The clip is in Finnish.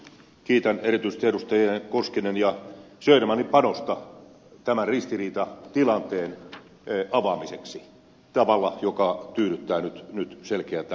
kiitän erityisesti edustajien koskinen ja söderman panosta tämän ristiriitatilanteen avaamiseksi tavalla joka tyydyttää nyt selkeätä enemmistöä